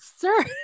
sir